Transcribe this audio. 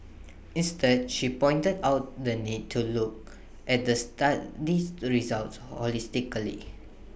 instead she pointed out the need to look at the study's results holistically